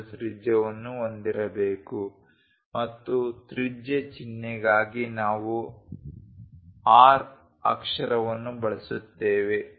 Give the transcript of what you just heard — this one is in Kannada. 25 ತ್ರಿಜ್ಯವನ್ನು ಹೊಂದಿರಬೇಕು ಮತ್ತು ತ್ರಿಜ್ಯ ಚಿಹ್ನೆಗಾಗಿ ನಾವು R ಅಕ್ಷರವನ್ನು ಬಳಸುತ್ತೇವೆ